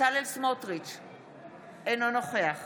אינו נוכח